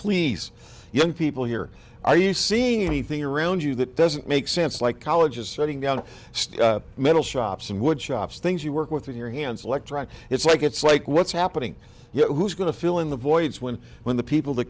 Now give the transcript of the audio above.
please young people here are you seeing anything around you that doesn't make sense like colleges shutting down metal shops and wood shops things you work with your hands electron it's like it's like what's happening you know who's going to fill in the voids when when the people to